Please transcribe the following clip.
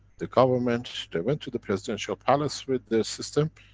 the government. they went to the presidential palace with this system.